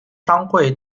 商会